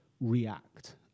react